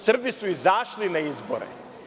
Srbi su izašli na izbore.